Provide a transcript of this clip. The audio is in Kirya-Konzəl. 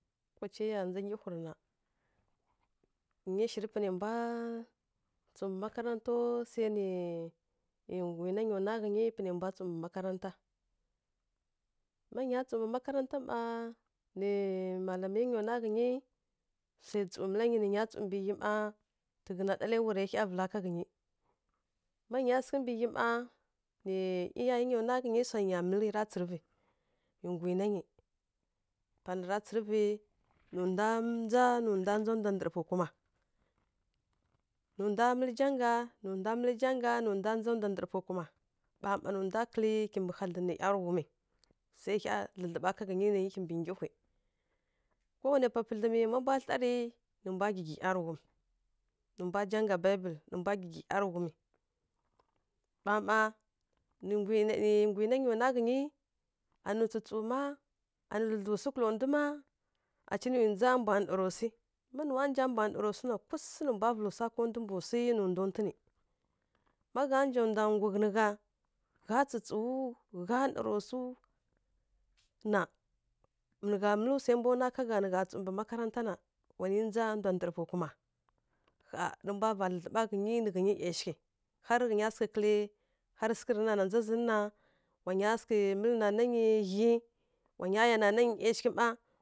Ma lokacai ya ndza nggyihurǝ na, zhi shirǝ panai mbwa tsǝ mbǝ makarantaw sai nǝ nggwi na nya nwa ghǝnyi panai mbwa tsǝw mbǝ makaranta. Má nya tsǝw mbǝ makaranta má, nǝ malamai nya nwa ghǝnyi, swai tsǝw mǝla nyi nǝ nya tsǝw mbǝ ghyi mma, tǝghǝna ɗalaiwara hya vǝla ka ghǝnyi. Má nya sǝghǝ mbǝ ghyi mma, nǝ ˈyiya nya nwa ghǝnyi swai nya mǝlǝ ra tsǝrǝ vǝ. ˈYi ngwina nyi panara tsǝrǝvǝ nǝ ndwa ndza nǝ ndwa ndza ndwa ndǝrǝ pughǝ kuma. Nǝ ndwa mǝlǝ janga nǝ ndwa mǝlǝ janga nǝ ndwa ndza ndwa ndǝrǝ pughǝ kuma, gha mma nǝ ndwa kǝlǝ kimbǝ hadlǝn nǝ yarighumi swai hya dlǝdlǝɓa ka ghǝnyi nǝ kimbǝ nggihwi. Kowanai pwa pǝdlǝm ma mbwa thlarǝ nǝ mbwa gyigyi ˈyarighumi, nǝ mbwa janga biblǝ nǝ mbwa gyigyi ˈyarighumi, ɓam ɓam nǝ ˈyi ngwi na nya nwa ghǝnyi, anuwi tsǝtsǝw má, anuwi dlǝdlǝw swi kǝla ndu má, aci nuwirǝ ndza mbwa naroswi. Má nuwa nja mbwa naroswu na, kusǝ nǝ mbwa vǝlǝ swa ká ndwi mbǝ swi nǝ ndwa ntu nǝ. Má gha nja ndwa nggu ghǝn gha, gha tsǝtsǝwu, gha naraswu na. Nǝ gha mǝlǝ swai mbwa nwa ka gha nǝ gha tsǝw mbǝ makaranta na. Wanǝ ndza ndwa ndǝrǝ pughǝ kuma. Ƙha rǝ mbwa va dlǝdlǝɓa ghǝnyi nǝ ghǝnyi ˈyashighǝ, har rǝ ghǝnya sǝghǝ kǝlǝ, har sǝghǝ rǝ na na ndza zǝ na wa nya sǝghǝ mǝlǝ nana nyi ghyi, wa nya ya nana nyi ˈyashighǝ má.